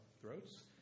throats